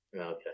okay